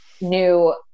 new